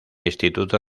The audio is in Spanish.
instituto